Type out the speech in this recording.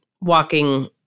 walking